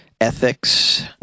ethics